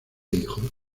hijos